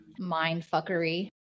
mindfuckery